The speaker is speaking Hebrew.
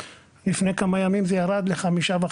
לפני כמה ימים זה ירד ל-5.5%,